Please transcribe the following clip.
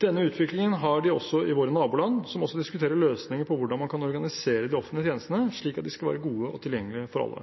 Denne utviklingen har de også i våre naboland, som også diskuterer løsninger for hvordan man kan organisere de offentlige tjenestene, slik at de skal være gode og tilgjengelige for alle.